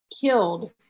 killed